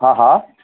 हा हा